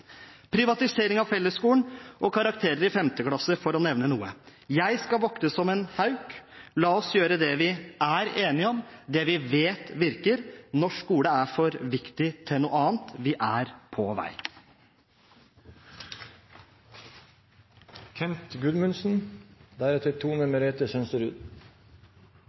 privatisering av fellesskolen og karakterer fra femte klasse, for å nevne noe. Jeg skal vokte dette som en hauk. La oss gjøre det vi er enige om, det vi vet virker. Norsk skole er for viktig til å gjøre noe annet. Vi er på